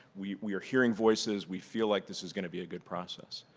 we we are hearing voices. we feel like this is going to be a good process.